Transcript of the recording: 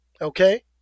Okay